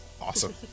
awesome